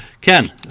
Ken